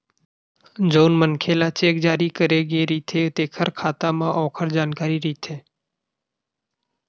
जउन मनखे ल चेक जारी करे गे रहिथे तेखर खाता म ओखर जानकारी रहिथे